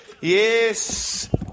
Yes